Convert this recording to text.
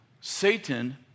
Satan